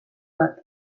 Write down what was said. bat